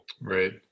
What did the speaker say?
Right